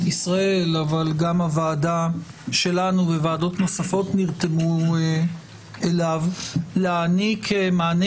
ישראל אבל גם הוועדה שלנו וועדות נוספות נרתמו אליו להעניק מענה